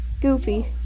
goofy